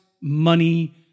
money